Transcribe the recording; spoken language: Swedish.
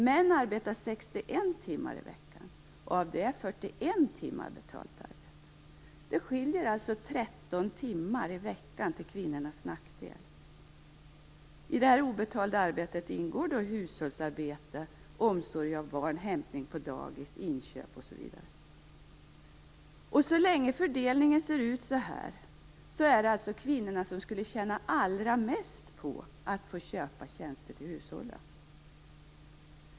Män arbetar 61 timmar i veckan, och av det är 41 timmar betalt arbete. Det skiljer alltså 14 I det obetalda arbetet ingår hushållsarbete, omsorg av barn, hämtning på dagis, inköp osv. Så länge fördelningen ser ut så här är det kvinnorna som skulle tjäna allra mest på att få köpa tjänster till hushållen.